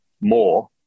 more